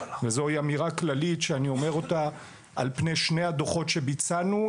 זו היא אמירה כללית שאני אומר אותה על פני שני הדוחות שביצענו,